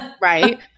Right